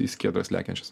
į skiedras lekiančias